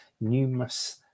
numerous